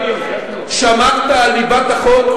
שמרת על ליבת החוק.